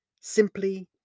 simply